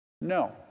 No